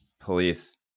police